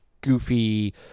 goofy